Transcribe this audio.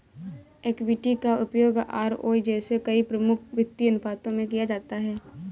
equity का उपयोग ROE जैसे कई प्रमुख वित्तीय अनुपातों में किया जाता है